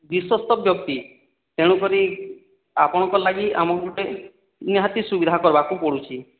ବିଶ୍ୱସ୍ଥ ବ୍ୟକ୍ତି ତେଣୁ କରି ଆପଣଙ୍କ ଲାଗି ଆମକୁ ଗୋଟିଏ ନିହାତି ସୁବିଧା କରିବାକୁ ପଡ଼ୁଛି